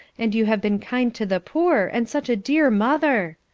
and you have been kind to the poor and such a dear mother,